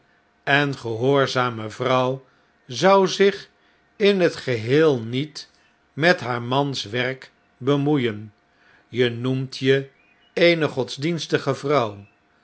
en gehoorzame vrouw zou zich in t geheel niet met haar mans werk bemoeien je noemt je eene godsdienstige vrouw